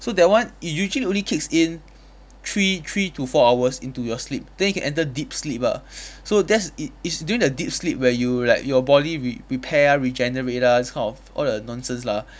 so that one it usually only kicks in three three to four hours into your sleep then you can enter deep sleep ah so that's it it's during that deep sleep where you like your body will repair regenerate lah this kind of all that nonsense lah